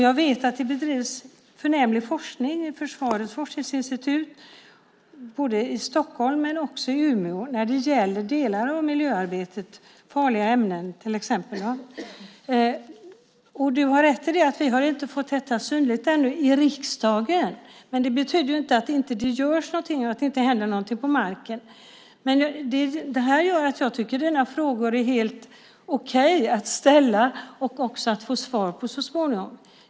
Jag vet att det bedrivs förnämlig forskning i Försvarets forskningsinstitut både i Stockholm och i Umeå när det gäller delar av miljöarbetet, till exempel farliga ämnen. Du har rätt i att vi inte har fått detta synligt i riksdagen ännu. Men det betyder inte att det inte görs någonting och att det inte händer någonting på marken. Detta gör att jag tycker att dina frågor är helt okej att ställa och att få svar på så småningom.